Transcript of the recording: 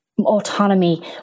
autonomy